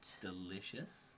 Delicious